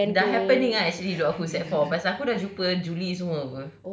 dah happening ah actually dok aku sec four pasal aku dah jumpa julie semua apa